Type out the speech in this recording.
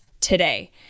today